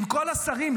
אם כל השרים,